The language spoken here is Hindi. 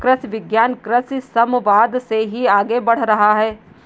कृषि विज्ञान कृषि समवाद से ही आगे बढ़ रहा है